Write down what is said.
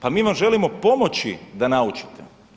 Pa mi vam želimo pomoći da naučite.